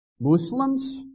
Muslims